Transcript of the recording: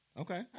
Okay